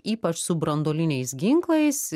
ypač su branduoliniais ginklais